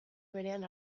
berean